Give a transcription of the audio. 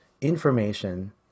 information